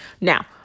Now